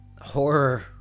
horror